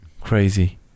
Crazy